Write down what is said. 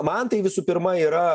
man tai visų pirma yra